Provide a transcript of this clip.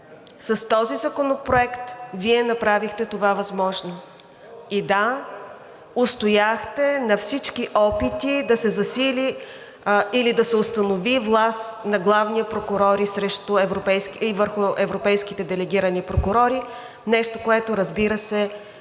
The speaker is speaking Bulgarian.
С този законопроект Вие направихте това възможно. И да, устояхте на всички опити да се засили или да се установи власт на главния прокурор и върху европейските делегирани прокурори – нещо, което, разбира се,